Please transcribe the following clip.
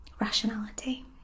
rationality